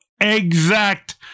Exact